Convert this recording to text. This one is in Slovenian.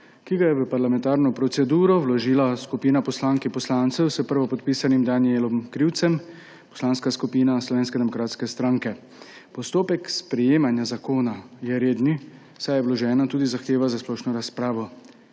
ki ga je v parlamentarno proceduro vložila skupina poslank in poslancev s prvopodpisanim Danijelom Krivcem, Poslanska skupina Slovenske demokratske stranke. Postopek sprejemanja zakona je reden, saj je vložena tudi zahteva za splošno razpravo.